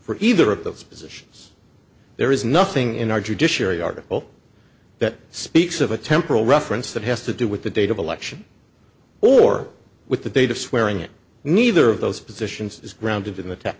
for either of those positions there is nothing in our judiciary article that speaks of a temporal reference that has to do with the date of election or with the date of swearing in neither of those positions is grounded